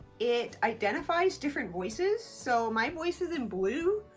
it identifies different voices so my voice is in blue.